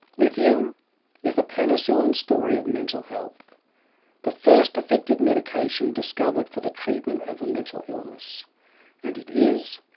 lithium is the penicillin story of mental health the first effective medication discovered for the treatment of a mental illness and it is,